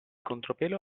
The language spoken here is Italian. contropelo